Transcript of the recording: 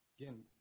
Again